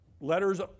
letters